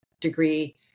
degree